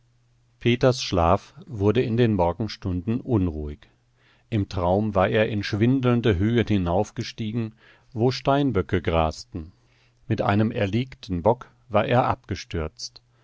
peters schlaf wurde in den morgenstunden unruhig im traum war er in schwindelnde höhen hinaufgestiegen wo steinböcke grasten mit einem erlegten bock war er abgestürzt